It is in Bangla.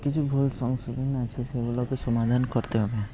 কিছু ভুল সংশোধন আছে সেগুলোকে সমাধান করতে হবে